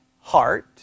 heart